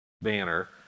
banner